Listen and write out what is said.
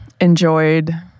enjoyed